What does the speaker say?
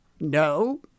No